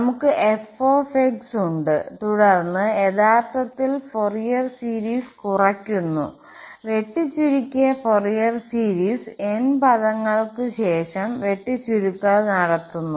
നമുക് f ഉണ്ട് തുടർന്ന് യഥാർത്ഥത്തിൽ ഫോറിയർ സീരീസ് കുറയ്ക്കുന്നു വെട്ടിച്ചുരുക്കിയ ഫോറിയർ സീരീസ് n പദങ്ങൾക് ശേഷം വെട്ടിച്ചുരുക്കൽ നടത്തുന്നു